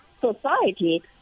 society